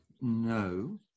No